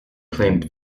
claimed